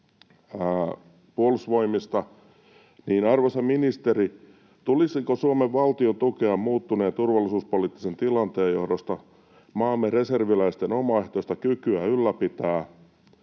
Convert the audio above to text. Puolustusvoimilta, niin, arvoisa ministeri, tulisiko Suomen valtion tukea muuttuneen turvallisuuspoliittisen tilanteen johdosta maamme reserviläisten omaehtoista kykyä ylläpitää